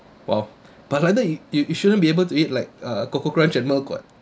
!wow! but like that you you shouldn't be able to eat like uh koko krunch and milk [what]